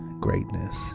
greatness